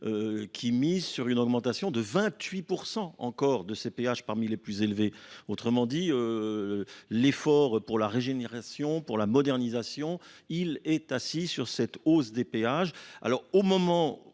qui mise sur une augmentation de vingt huit de ces péages parmi les plus élevés autrement dit l'effort pour la régénération pour la modernisation il est assis sur cette hausse des péages alors au moment